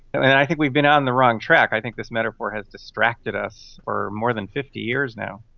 i think we've been on the wrong track, i think this metaphor has distracted us for more than fifty years now.